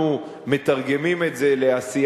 אנחנו מתרגמים את זה לעשייה